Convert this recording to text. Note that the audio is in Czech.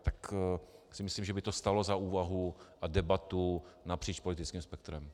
Tak myslím, že by to stálo za úvahu a debatu napříč politickým spektrem.